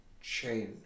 change